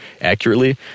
accurately